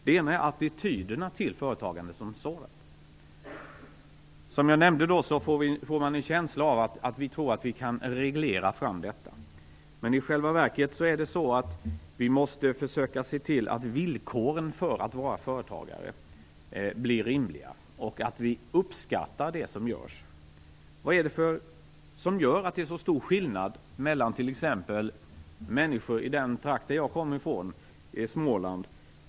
Det första är attityderna till företagandet som sådant. Som jag nämnde får man en känsla av att vi tror att vi kan reglera fram detta. Men i själva verket måste vi försöka se till att villkoren för företagare blir rimliga och att vi uppskattar det som görs. Vad är det som gör att det är så annorlunda t.ex. i den trakt jag kommer ifrån, Småland?